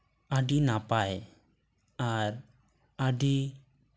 ᱟᱹᱰᱤ ᱱᱟᱯᱟᱭ ᱟᱨ ᱟᱹᱰᱤ